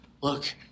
look